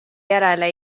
järele